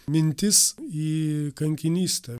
mintis į kankinystę